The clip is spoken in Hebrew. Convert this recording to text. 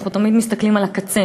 אנחנו תמיד מסתכלים על הקצה,